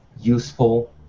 useful